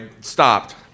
stopped